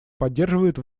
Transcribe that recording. поддерживает